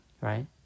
Right